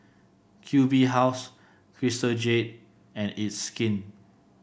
Q B House Crystal Jade and It's Skin